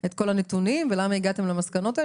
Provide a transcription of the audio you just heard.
את כל הנתונים ולמה הגעתם למסקנות האלה?